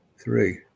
three